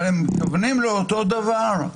הם מתכוונים לאותו הדבר.